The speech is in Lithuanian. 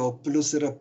o plius yra